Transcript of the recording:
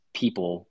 people